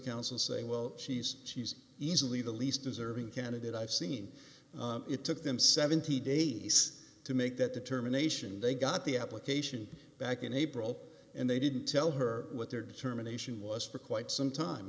counsel saying well she's she's easily the least deserving candidate i've seen it took them seventy days to make that determination they got the application back in april and they didn't tell her what their determination was for quite some time